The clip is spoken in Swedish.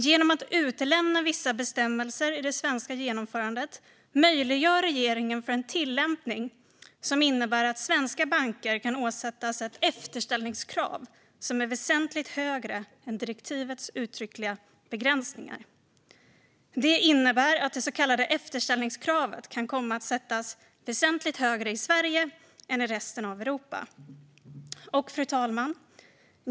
Genom att utelämna vissa bestämmelser i det svenska genomförandet möjliggör regeringen en tillämpning som innebär att svenska banker kan åsättas ett efterställningskrav som är väsentligt högre än direktivets uttryckliga begränsningar. Detta innebär att det så kallade efterställningskravet kan komma att sättas väsentligt högre i Sverige än i resten av Europa. Fru talman!